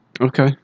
okay